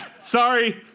sorry